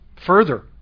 Further